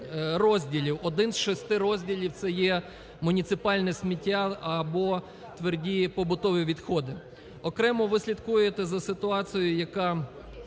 Один з шести розділів це є муніципальне сміття або тверді побутові відходи. Окремо ви слідкуємо за ситуацією, яка